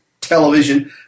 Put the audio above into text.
television